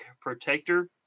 protector